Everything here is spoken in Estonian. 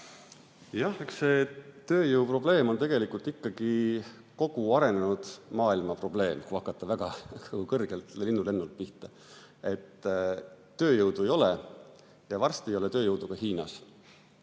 eks see tööjõu probleem on tegelikult ikkagi kogu arenenud maailma probleem, kui hakata väga kõrgelt või linnulennult pihta. Tööjõudu ei ole. Ja varsti ei ole tööjõudu ka Hiinas.